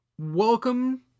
Welcome